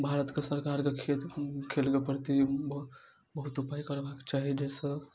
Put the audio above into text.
भारत कऽ सरकारके खेल खेल कऽ प्रति बहुत बहुत ऊपाए करबाक चाही जाहिसँ